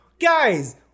guys